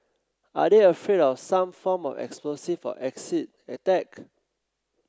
are they afraid of some form of explosive or acid attack